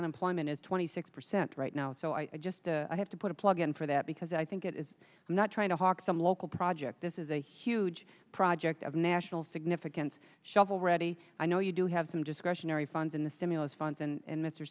unemployment is twenty six percent right now so i just have to put a plug in for that because i think it is not trying to hawk some local project this is a huge project of national significance shovel ready i know you do have some discretionary funds in the stimulus funds and